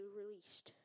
released